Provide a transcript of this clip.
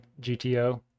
GTO